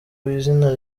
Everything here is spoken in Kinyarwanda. izina